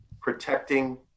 protecting